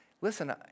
Listen